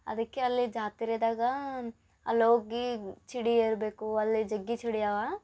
ಅದಕ್ಕೆ ಅಲ್ಲಿ ಜಾತ್ರೆದಾಗ ಅಲ್ಲಿ ಹೋಗಿ ಚಿಡಿ ಏರಬೇಕು ಅಲ್ಲಿ ಜಿಗ್ಗಿ ಚಿಡಿಯವೆ